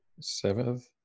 seventh